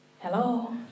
Hello